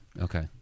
Okay